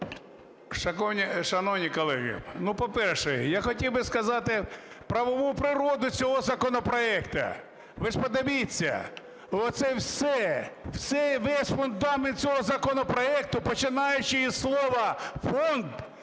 Шановні колеги, по-перше, я хотів би сказати правову природу цього законопроекту. Ви ж подивіться, оце все, весь фундамент цього законопроекту, починаючи із слова "фонд",